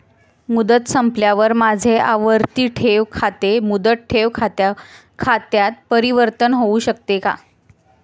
मुदत संपल्यावर माझे आवर्ती ठेव खाते मुदत ठेव खात्यात परिवर्तीत होऊ शकते का?